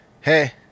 Hey